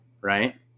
right